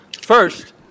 First